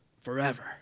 forever